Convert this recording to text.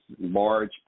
large